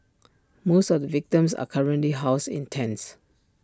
most of the victims are currently housed in tents